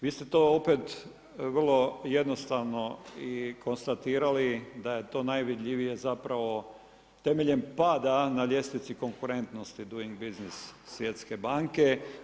Vi ste to opet vrlo jednostavno i konstatirali da je to najvidljivije zapravo temeljem pada na ljestvici konkurentnosti doing business Svjetske banke.